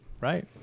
right